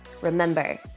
Remember